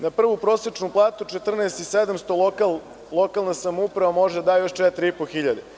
Na prvu prosečnu platu 14.700 lokalna samouprava može da još 4.500.